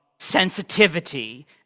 sensitivity